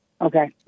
Okay